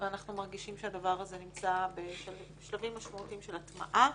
אנחנו מרגישים שהדבר הזה נמצא בשלבים משמעותיים של הטמעה.